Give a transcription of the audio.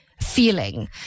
Feeling